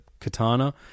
katana